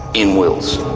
in wills.